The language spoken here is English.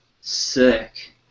Sick